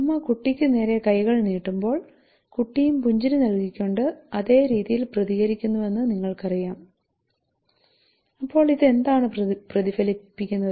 അമ്മ കുട്ടിയ്ക്ക് നേരെ കൈകൾ നീട്ടുമ്പോൾ കുട്ടിയും പുഞ്ചിരി നൽകിക്കൊണ്ട് അതേ രീതിയിൽ പ്രതികരിക്കുന്നുവെന്ന് നിങ്ങൾക്കറിയാം അപ്പോൾ ഇത് എന്താണ് പ്രതിഫലിപ്പിക്കുന്നത്